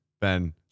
Ben